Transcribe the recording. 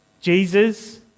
Jesus